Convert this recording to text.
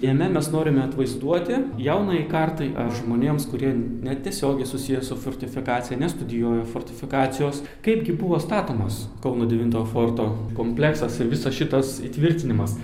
jame mes norime atvaizduoti jaunajai kartai žmonėms kurie netiesiogiai susiję su fortifikacija nestudijuoja fortifikacijos kaipgi buvo statomos kauno devintojo forto kompleksas ir visas šitas įtvirtinimas